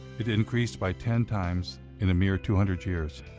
it increased by ten times in a mere two hundred years.